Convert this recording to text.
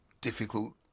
difficult